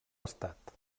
estat